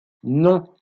non